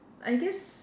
I guess